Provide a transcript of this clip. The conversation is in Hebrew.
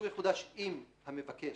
יחודש אם המבקש"